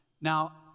Now